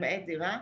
למעט דירה,